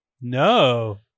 No